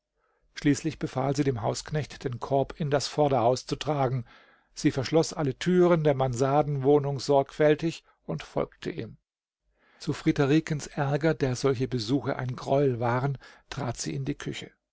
schließlich befahl sie dem hausknecht den korb in das vorderhaus zu tragen sie verschloß alle thüren der mansardenwohnung sorgfältig und folgte ihm zu friederikens aerger der solche besuche ein greuel waren trat sie in die küche